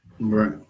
Right